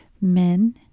men